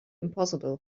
impossible